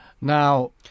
Now